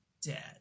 dead